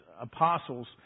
Apostles